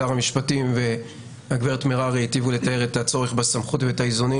שר המשפטים והגב' מררי היטיבו לתאר את הצורך בסמכות ואת האיזונים